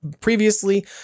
previously